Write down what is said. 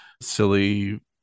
silly